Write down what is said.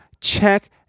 check